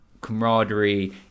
camaraderie